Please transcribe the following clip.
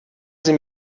sie